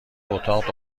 اتاق